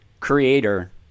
creator